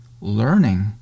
learning